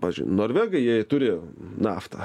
pavyzdžiui norvegai jiej turi naftą